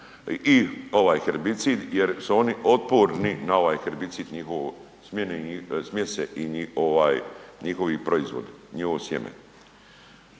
i ovaj herbicid jer su oni otporni na ovaj herbicid njihovo, smjese i ovaj njihovi proizvodi, njihovo sjeme.